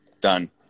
Done